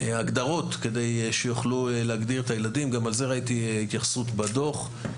ההגדרות כדי שיוכלו להגדיר את הילדים גם על זה ראיתי התייחסות בדוח.